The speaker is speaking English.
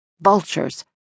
Vultures